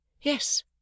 Yes